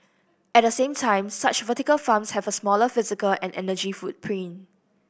at the same time such vertical farms have a smaller physical and energy footprint